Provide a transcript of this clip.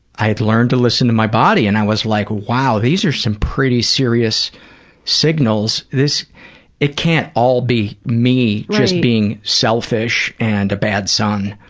i'd learned to listen to my body and i was like why these are some pretty serious signals. it can't all be me just being selfish and a bad son.